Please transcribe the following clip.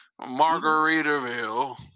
Margaritaville